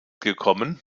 gekommen